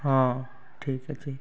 ହଁ ଠିକ୍ ଅଛି